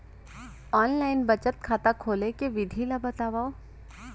Online बचत खाता खोले के विधि ला बतावव?